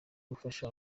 gufasha